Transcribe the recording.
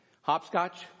hopscotch